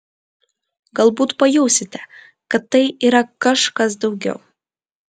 galbūt pajausite kad tai yra kažkas daugiau